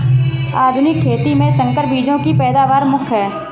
आधुनिक खेती में संकर बीजों की पैदावार मुख्य हैं